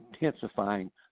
intensifying